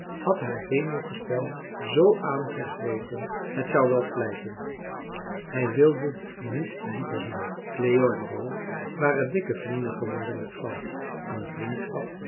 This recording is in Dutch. had haar zenuwgestel zoo aangegrepen het zou wel slijten hij wilde niet dieper zien cleo en ro waren dikke vrienden geworden met frans een vriendschap